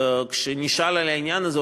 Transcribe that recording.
כשנשאל על העניין הזה,